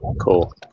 Cool